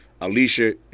Alicia